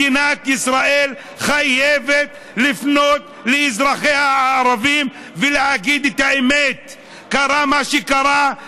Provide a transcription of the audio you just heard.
מדינת ישראל חייבת לפנות לאזרחיה הערבים ולהגיד את האמת: קרה מה שקרה,